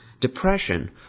Depression